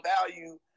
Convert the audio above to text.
value